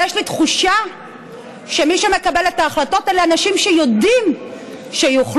יש לי תחושה שמי שמקבלים את ההחלטות אלה אנשים שיודעים שיוכלו